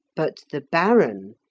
but the baron,